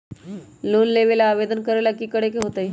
Loan लेबे ला आवेदन करे ला कि करे के होतइ?